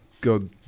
God